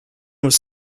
was